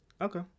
Okay